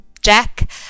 Jack